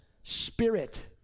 spirit